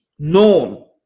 Known